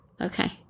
Okay